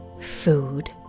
food